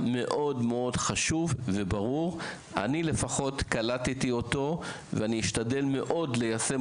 אני לפחות קלטתי אותו ואני אשתדל מאוד ליישם